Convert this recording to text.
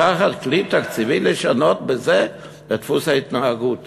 לקחת כלי תקציבי, לשנות בזה את דפוס ההתנהגות